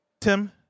Tim